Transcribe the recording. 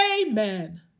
amen